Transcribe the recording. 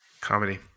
Comedy